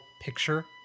picture